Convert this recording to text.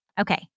Okay